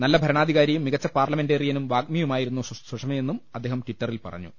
നല്ല ഭരണാധികാരിയും മികച്ച പാർലമെന്റേറിയനും വാഗ്മിയുമായിരുന്നു സുഷമയെന്നും അദ്ദേഹം ടിറ്ററിൽ പറഞ്ഞു